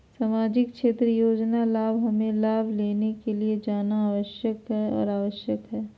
सामाजिक क्षेत्र योजना गांव हमें लाभ लेने के लिए जाना आवश्यकता है आवश्यकता है?